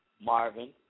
Marvin